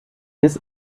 bis